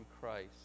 Christ